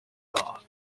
off